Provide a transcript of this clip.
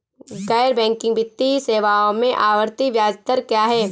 गैर बैंकिंग वित्तीय सेवाओं में आवर्ती ब्याज दर क्या है?